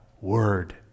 word